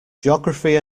geography